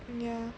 okay